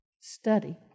study